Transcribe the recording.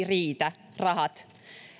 riitä rahat